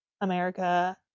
America